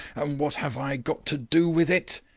and what have i got to do with it?